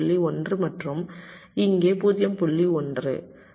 1 மற்றும் இங்கே 0